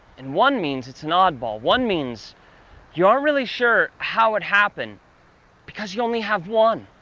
and one means it's an oddball. one means you aren't really sure how it happened because you only have one.